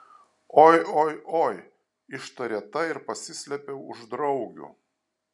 oi oi oi ištarė ta ir pasislėpė už draugių